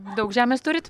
daug žemės turit